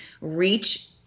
reach